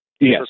Yes